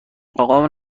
اقامون